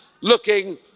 looking